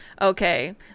okay